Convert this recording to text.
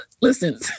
listen